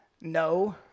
No